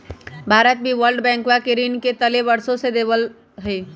भारत भी वर्ल्ड बैंकवा के ऋण के तले वर्षों से दबल हई